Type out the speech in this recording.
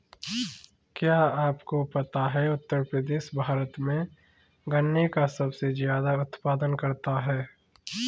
क्या आपको पता है उत्तर प्रदेश भारत में गन्ने का सबसे ज़्यादा उत्पादन करता है?